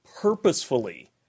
purposefully